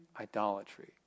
idolatry